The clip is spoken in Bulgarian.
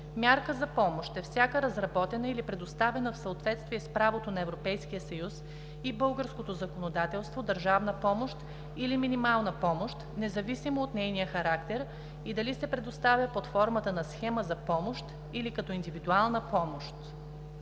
„Мярка за помощ“ е всяка разработена или предоставена в съответствие с правото на Европейския съюз и българското законодателство държавна помощ или минимална помощ, независимо от нейния характер и дали се предоставя под формата на схема за помощ или като индивидуална помощ.